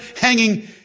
hanging